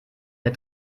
der